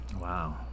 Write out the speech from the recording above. wow